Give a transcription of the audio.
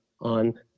on –